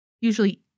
usually